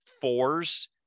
fours